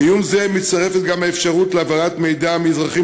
לאיום זה מצטרפת גם האפשרות להעברת מידע מאזרחים